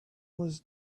was